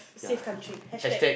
safe country hashtag